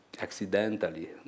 accidentally